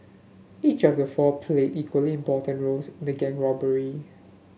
each of the four played equally important roles in the gang robbery